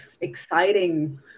exciting